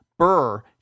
Burr